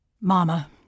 Mama